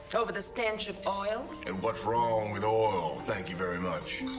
over the stench of oil? and what's wrong with oil, thank you very much?